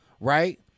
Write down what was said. right